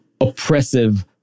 oppressive